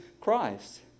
Christ